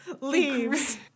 leaves